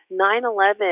9-11